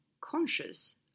conscious